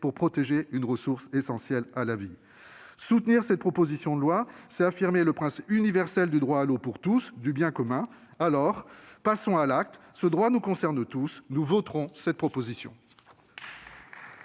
pour protéger une ressource essentielle à la vie. Soutenir cette proposition de loi, c'est affirmer le principe universel du droit à l'eau pour tous, autrement dit, du bien commun. Alors, passons à l'acte ! Ce droit nous concerne tous. Nous voterons cette proposition